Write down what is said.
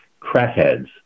Crackheads